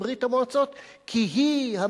אבל נלחמו בארצות-הברית,